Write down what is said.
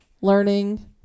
learning